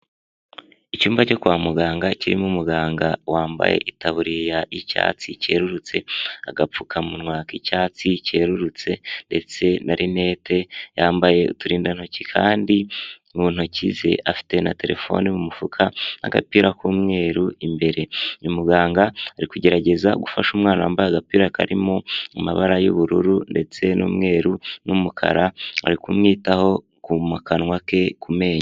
Icyumba cyo kwa muganga kirimo umuganga wambaye itaburiya y'icyatsi cyerurutse, agapfukamunwa k'icyatsi cyerurutse ndetse na rinete, yambaye uturindantoki kandi mu ntoki ze afite na telefone mu mufuka, agapira k'umweru imbere, ni muganga ari kugerageza gufasha umwana wambaye agapira karimo amabara y'ubururu ndetse n'umweru n'umukara, ari kumwitaho ku mu kanwa ke ku menyo.